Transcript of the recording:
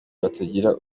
batagira